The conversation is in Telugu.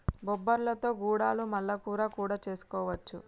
బొబ్బర్లతో గుడాలు మల్ల కూర కూడా చేసుకోవచ్చు